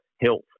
health